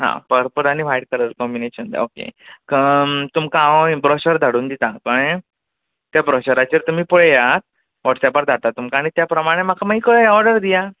आ purple आनी white colour combination जाय okay क तुमकां हांव ब्रॉशर धाडून दिता कळ्ळें ते ब्रॉशराचेर तुमी पळयात वॉट्सॅपार धाडटा तुमकां आनी त्या प्रमाणे म्हाका मागीर कळ्ळें ऑडर दिया